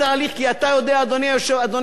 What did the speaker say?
אדוני יושב-ראש הישיבה,